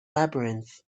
labyrinth